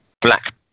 black